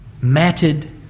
matted